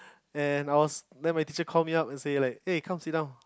and I was then my teacher called me up like and say like eh come sit down